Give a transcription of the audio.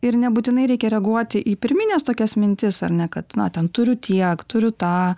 ir nebūtinai reikia reaguoti į pirmines tokias mintis ar ne kad na ten turiu tiek turiu tą